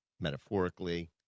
metaphorically